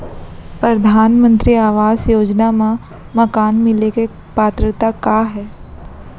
परधानमंतरी आवास योजना मा मकान मिले के पात्रता का हे?